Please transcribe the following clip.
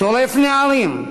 שורף נערים,